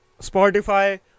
Spotify